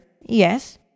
Yes